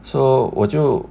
so 我就